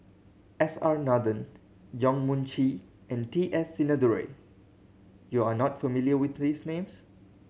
S R Nathan Yong Mun Chee and T S Sinnathuray you are not familiar with these names